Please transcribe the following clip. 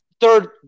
third